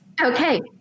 Okay